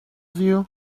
you